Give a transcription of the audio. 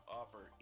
offer